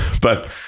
but-